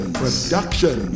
production